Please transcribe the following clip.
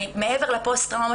מעבר לפוסט טראומה,